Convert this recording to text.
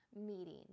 meeting